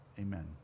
amen